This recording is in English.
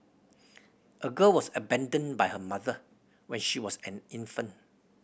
a girl was abandoned by her mother when she was an infant